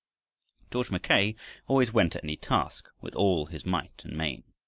george mackay always went at any task with all his might and main,